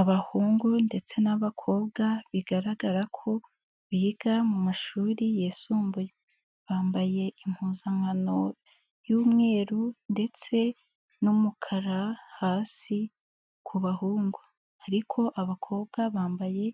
Abahungu ndetse n'abakobwa bigaragara ko biga mu mashuri yisumbuye, bambaye impuzankano y'umweru ndetse n'umukara hasi ku bahungu ariko abakobwa bambaye